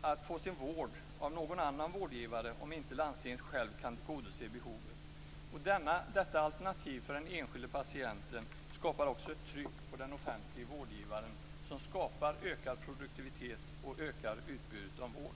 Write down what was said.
att få vård av någon annan vårdgivare om inte landstinget kan tillgodose behovet. Detta alternativ för den enskilde patienten skapar ett tryck på den offentliga vårdgivaren, som skapar ökad produktivitet och ökat utbud av vård.